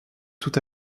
tout